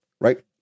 Right